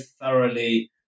thoroughly